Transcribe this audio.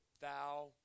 thou